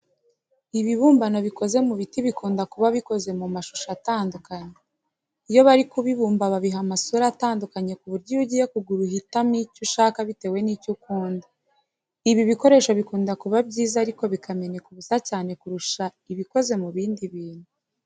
Ibibumbano bikoze mu biti bikunda kuba bikoze mu mashusho atandukanye. Iyo bari kubibumba babiha amasura atandukanye ku buryo iyo ugiye kugura uhitamo icyo ushaka bitewe n'icyo ukunda. Ibi bikoresho bikunda kuba byiza ariko bikameneka ubusa cyane kurusha ibikoze mu bindi bintu.